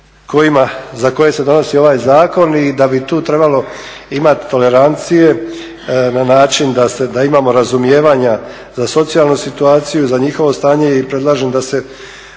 za koje se donosi ovaj zakon i da bi tu trebalo imati tolerancije na način da imamo razumijevanja za socijalnu situaciju, za njihovo stanje i predlažem u ime kluba da